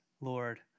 Lord